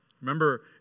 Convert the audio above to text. Remember